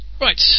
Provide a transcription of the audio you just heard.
Right